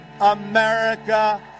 America